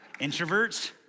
Introverts